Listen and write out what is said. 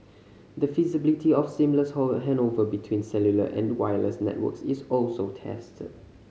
the feasibility of seamless handover between cellular and wireless networks is also tested